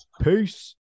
peace